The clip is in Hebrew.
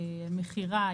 מכירה,